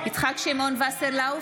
יצחק שמעון וסרלאוף,